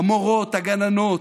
המורות, הגננות,